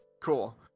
Cool